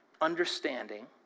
understanding